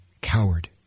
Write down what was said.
coward